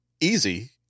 easy